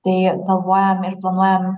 tai galvojam ir planuojam